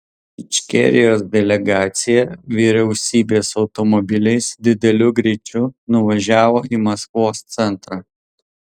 ičkerijos delegacija vyriausybės automobiliais dideliu greičiu nuvažiavo į maskvos centrą